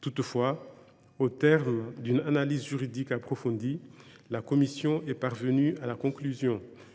Toutefois, au terme d’une analyse juridique approfondie, la commission est parvenue à la conclusion